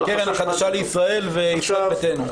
הקרן החדשה לישראל וישראל ביתנו.